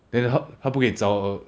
then 他他不可以找 err